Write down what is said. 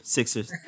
Sixers